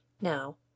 now